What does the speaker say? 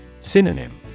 Synonym